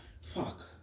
Fuck